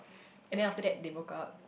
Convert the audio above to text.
and then after that they broke up